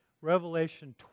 Revelation